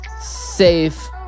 safe